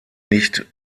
nicht